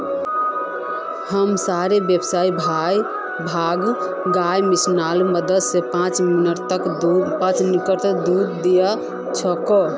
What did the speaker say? हमसार बेसी भाग गाय मशीनेर मदद स पांच मिनटत दूध दे दी छेक